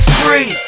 free